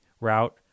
route